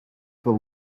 the